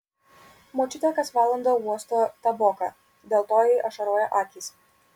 močiutė kas valandą uosto taboką dėl to jai ašaroja akys